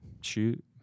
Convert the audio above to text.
shoot